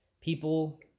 people